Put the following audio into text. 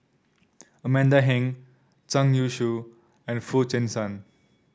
Amanda Heng Zhang Youshuo and Foo Chee San